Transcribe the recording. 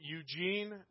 Eugene